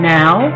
now